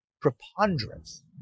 preponderance